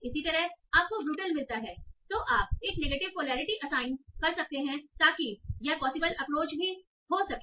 इसी तरह आपको ब्रूटल मिलता है तो आप एक नेगेटिव पोलैरिटी असाइन कर सकते हैं ताकि यह पॉसिबल अप्रोच भी हो सके